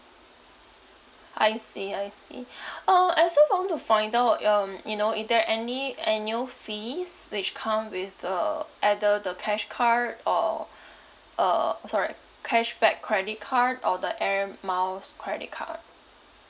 I see I see uh I also want to find out um you know if there're any annual fees which come with the either the cash card or uh sorry cashback credit card or the air miles credit card